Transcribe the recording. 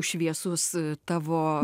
šviesus tavo